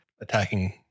attacking